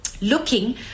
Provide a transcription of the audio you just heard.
looking